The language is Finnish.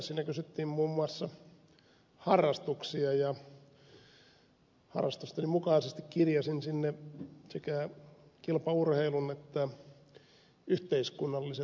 siinä kysyttiin muun muassa harrastuksia ja harrastusteni mukaisesti kirjasin sinne sekä kilpaurheilun että yhteiskunnalliset asiat